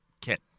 kit